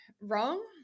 wrong